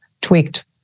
tweaked